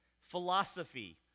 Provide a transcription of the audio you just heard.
philosophy